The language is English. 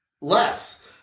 less